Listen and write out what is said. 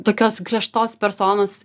tokios griežtos personos